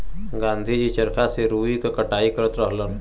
गाँधी जी चरखा से रुई क कटाई करत रहलन